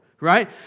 right